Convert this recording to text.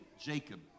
Jacob